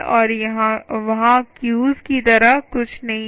और वहां क्यूज़ की तरह कुछ नहीं है